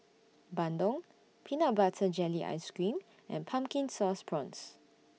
Bandung Peanut Butter Jelly Ice Cream and Pumpkin Sauce Prawns